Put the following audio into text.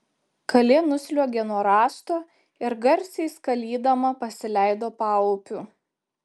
kalė nusliuogė nuo rąsto ir garsiai skalydama pasileido paupiu